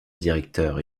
directeur